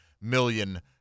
million